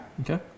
Okay